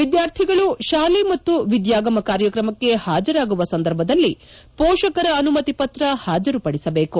ವಿದ್ದಾರ್ಥಿಗಳು ಶಾಲೆ ಮತ್ತು ವಿದ್ವಾಗಮ ಕಾರ್ಯಕ್ರಮಕ್ಕೆ ಹಾಜರಾಗುವ ಸಂದರ್ಭದಲ್ಲಿ ಮೋಷಕರ ಅನುಮತಿ ಪತ್ರ ಪಾಜರುಪಡಿಸಬೇಕು